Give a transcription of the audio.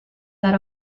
that